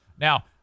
Now